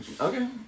Okay